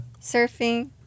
Surfing